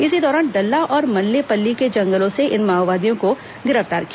इसी दौरान डल्ला और मल्लेपल्ली के जंगलों से इन माओवादियों को गिरफ्तार किया